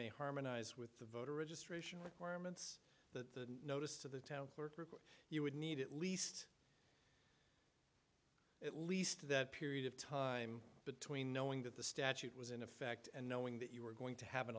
may harmonize with the voter registration requirements but the notice to the town clerk you would need at least at least that period of time between knowing that the statute was in effect and knowing that you were going to have an